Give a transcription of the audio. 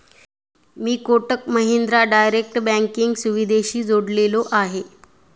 मी Kotak Mahindra direct banking सुविधेशी जोडलेलो आहे?